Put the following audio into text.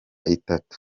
itatu